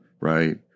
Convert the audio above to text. Right